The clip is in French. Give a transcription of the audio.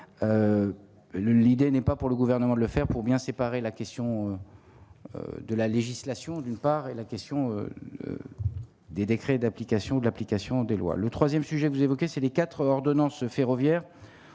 l'idée n'est pas pour le gouvernement de le faire pour bien séparer la question de la législation, d'une part, et la question. Des décrets d'application de l'application des lois, le 3ème sujet que vous évoquez, c'est les 4 ordonnances ferroviaire